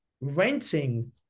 renting